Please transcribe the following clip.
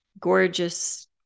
Gorgeous